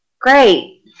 Great